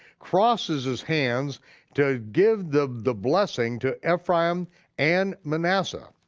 crosses his hands to give the the blessing to ephraim and menasseh,